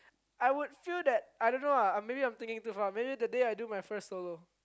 I would feel that I don't know ah maybe I'm thinking too far maybe the day I do my first solo